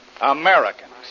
Americans